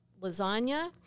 lasagna